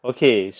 Okay